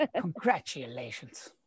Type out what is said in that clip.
Congratulations